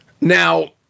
Now